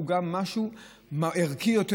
הוא גם משהו ערכי יותר.